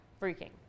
freaking